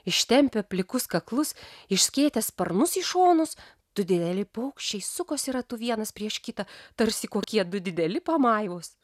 ištempę plikus kaklus išskėtę sparnus į šonus du dideli paukščiai sukosi ratu vienas prieš kitą tarsi kokie du dideli pamaivos